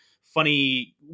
funny